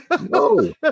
No